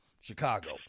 Chicago